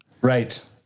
Right